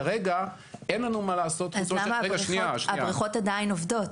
כרגע אין לנו מה לעשות --- הבריכות עדיין עובדות.